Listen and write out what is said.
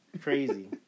crazy